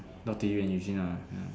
talk to you and Eugene uh ya